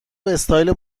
استایل